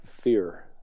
fear